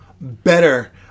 better